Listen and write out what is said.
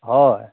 হয়